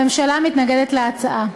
הממשלה מתנגדת להצעה.